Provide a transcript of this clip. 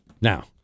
now